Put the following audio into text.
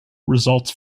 results